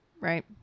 right